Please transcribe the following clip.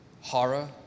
horror